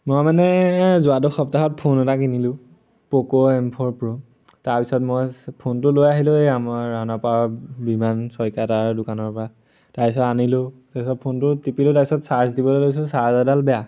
মই মানে যোৱাটো সপ্তাহত ফোন এটা কিনিলোঁ পোকো এম ফ'ৰ প্ৰ' তাৰপিছত মই ফোনটো লৈ আহিলোঁ এই আমাৰ ৰাওনাপাৰৰ বিমান ছইকীয়া দোকানৰ পৰা তাৰপিছত আনিলোঁ তাৰপিছত ফোনটো টিপিলোঁ তাৰপিছত চাৰ্জ দিবলৈ লৈছোঁ চাৰ্জ এডাল বেয়া